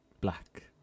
black